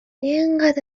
انقد